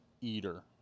eater